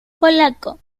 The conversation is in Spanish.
polaco